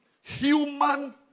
human